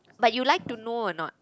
but you like to know or not